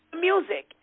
music